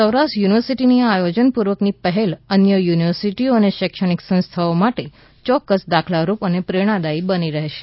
સૌરાષ્ટ્ર યુનિવર્સિટીની આ આયોજનપૂર્વકની પહેલ અન્ય યુનિવર્સિટીઓ અને શૈક્ષણિક સંસ્થાઓ માટે ચોક્કસ દાખલારૂપ અને પ્રેરણાદાયક બની રહેશે